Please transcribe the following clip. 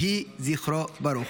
יהי זכרו ברוך.